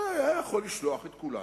הרי היה יכול לשלוח את כולנו,